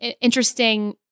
interesting